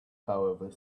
however